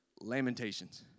Lamentations